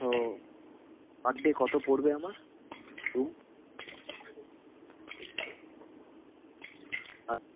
ও per day কত পড়বে আমার রুম আচ্ছা